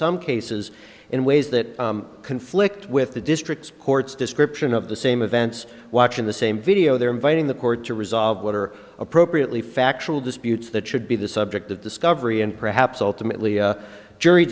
some cases in ways that conflict with the district court's description of the same events watching the same video they're inviting the court to resolve what are appropriately factual disputes that should be the subject of discovery and perhaps ultimately a jury